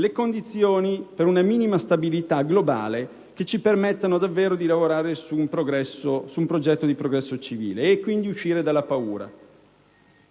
le condizioni per una minima stabilità globale che ci permettano davvero di lavorare su un progetto di progresso civile e, quindi, di uscire dalla paura.